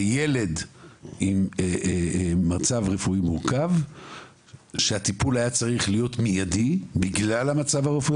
וילד במצב רפואי מורכב שהטיפול היה צריך להיות מיידי בגלל המצב הרפואי